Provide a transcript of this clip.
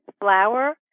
flour